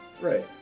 Right